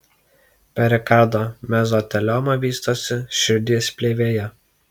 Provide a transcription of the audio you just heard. perikardo mezotelioma vystosi širdies plėvėje